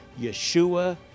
Yeshua